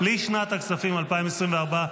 לשנת הכספים 2024,